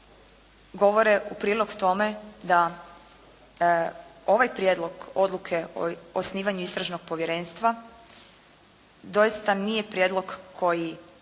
govore u prilog tome da ovaj Prijedlog odluke o osnivanju istražnog povjerenstva doista nije prijedlog koji